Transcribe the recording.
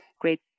great